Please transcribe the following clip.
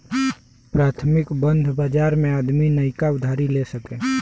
प्राथमिक बंध बाजार मे आदमी नइका उधारी ले सके